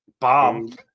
bomb